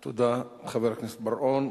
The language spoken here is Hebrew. תודה, חבר הכנסת בר-און.